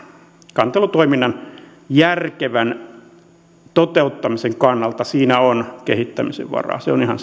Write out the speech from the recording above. kantelutoiminnan järkevän toteuttamisen kannalta siinä on kehittämisen varaa se on ihan